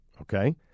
Okay